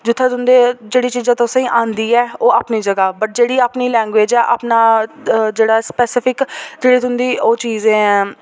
जि'त्थें तुं'दे जेह्ड़ी चीज़ां तुसें आंदी ऐ ओह् अपनी जगह् वट् जेह्ड़ी अपनी लैंग्वेज ऐ अपना जेह्ड़ा स्पेसिफिक जेह्ड़ी तुं'दी ओह् चीज़ ऐ